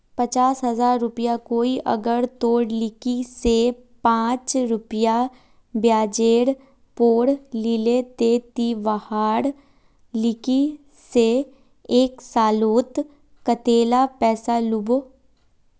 पचास हजार रुपया कोई अगर तोर लिकी से पाँच रुपया ब्याजेर पोर लीले ते ती वहार लिकी से एक सालोत कतेला पैसा लुबो?